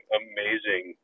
amazing